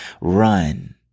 run